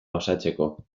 osatzeko